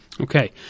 Okay